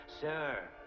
Sir